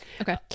Okay